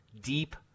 deep